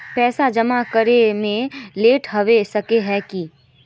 पैसा जमा करे में लेट होबे सके है की?